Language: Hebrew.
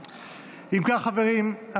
חברים,